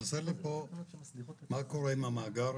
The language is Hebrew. חסר לי פה מה קורה עם המאגר,